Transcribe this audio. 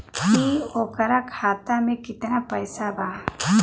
की ओकरा खाता मे कितना पैसा बा?